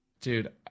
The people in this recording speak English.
dude